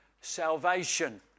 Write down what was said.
salvation